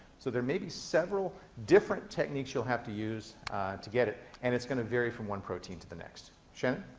so there may be several different techniques you'll have to use to get it, and it's going to vary from one protein to the next. shannon?